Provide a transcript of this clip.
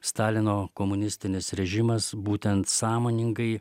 stalino komunistinis režimas būtent sąmoningai